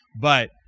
but-